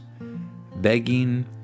begging